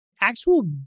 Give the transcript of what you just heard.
actual